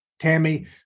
Tammy